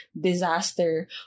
disaster